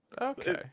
Okay